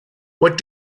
what